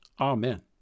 Amen